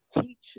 teach